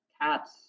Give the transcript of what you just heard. cats